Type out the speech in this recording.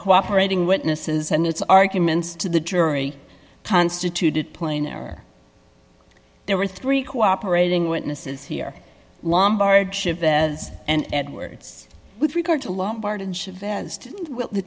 cooperating witnesses and its arguments to the jury constituted plainer there were three cooperating witnesses here lombard as and edwards with regard to lombard and chavez t